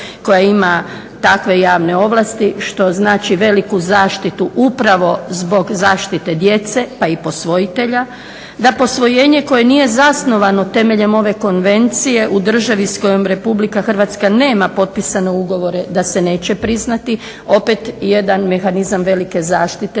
koja ima takve javne ovlasti što znači veliku zaštitu upravo zbog zaštite djece pa i posvojitelja, da posvojenje koje nije zasnovano temeljem ove konvencije u državi s kojom Republika Hrvatska nema potpisane ugovore da se neće priznati, opet jedan mehanizam velike zaštite